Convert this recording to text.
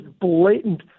blatant